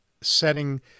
setting